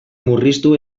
murriztu